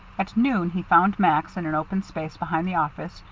at noon he found max in an open space behind the office,